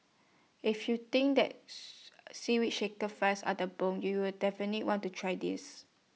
if you think that Seaweed Shaker fries are the bomb you'll definitely want to try this